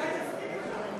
אולי נסכים איתך.